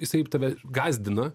jisai tave gąsdina